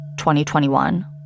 2021